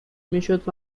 میشد